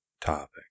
topic